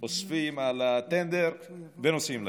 אוספים על הטנדר ונוסעים להילולה.